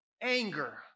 Anger